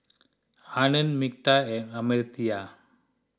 Anand Medha and Amartya